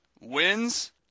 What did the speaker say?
wins